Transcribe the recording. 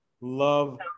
Love